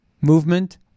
movement